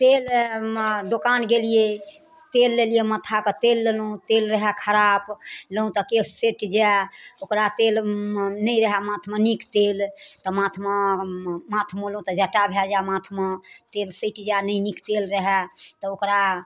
तेल मे दोकान गेलियै तेल लेलियै माथाके तेल लेलहुॅं तेल रहै खराब ली तऽ केस सटि जाइ ओकरा तेलमे नहि रहै माथमे नीक तेल तऽ माथमे माथ मललहुॅं तऽ जट्टा भऽ जाय माथमे तेल सटि जाइ नहि नीक तेल रहै तऽ ओकरा